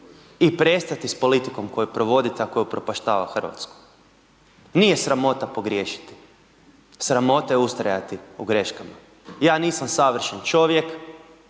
i prestati s politikom koju provodite a koju upro postava Hrvatsku? Nije sramota pogriješiti, sramota je ustrajati u greškama. Ja nisam savršen čovjek,